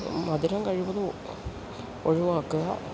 മധുരം കഴിവതും ഒഴിവാക്കുക